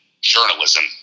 journalism